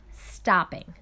stopping